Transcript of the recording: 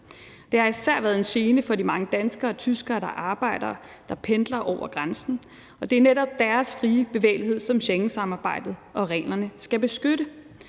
Det har især været en gene for de mange danskere og tyskere, der pendler over grænsen. Det er netop deres frie bevægelighed, som Schengensamarbejdet og reglerne skal beskytte,